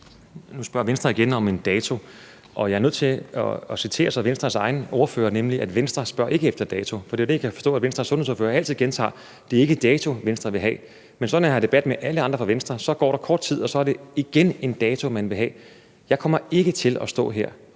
og jeg er så nødt til at citere Venstres egen ordfører, nemlig at Venstre ikke spørger efter en dato. For det er jo det, jeg kan forstå at Venstres sundhedsordfører altid gentager, altså at det ikke er en dato, Venstre vil have. Men når jeg så har en debat med alle andre fra Venstre, går der kort tid, og så er det igen en dato, man vil have. Jeg kommer ikke til at stå her